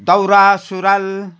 दौरासुरुवाल